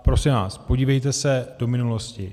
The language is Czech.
Prosím vás podívejte se do minulosti.